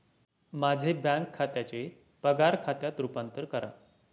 माझे बँक खात्याचे पगार खात्यात रूपांतर करा